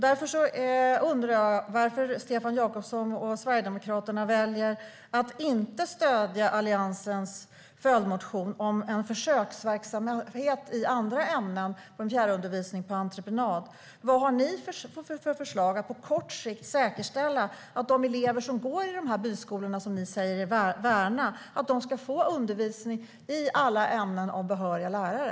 Varför väljer då Stefan Jakobsson och Sverigedemokraterna att inte stödja Alliansens följdmotion om en försöksverksamhet med fjärrundervisning i andra ämnen på entreprenad? Vad har ni för förslag för att på kort sikt säkerställa att eleverna som går i de byskolor som ni säger er värna får undervisning i alla ämnen av behöriga lärare?